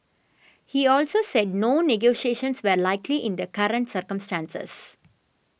he also said no negotiations were likely in the current circumstances